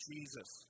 Jesus